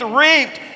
reaped